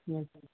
ம்